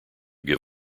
give